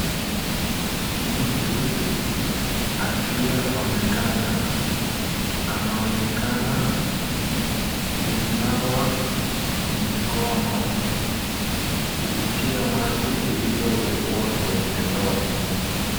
Mtu asiyeonekana anaonekana kunawa mikono kupitia maji iliyowekwa kwenye ndoo.